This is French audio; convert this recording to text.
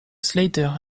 slater